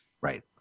Right